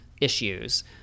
issues